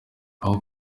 aho